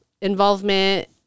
involvement